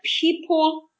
people